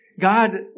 God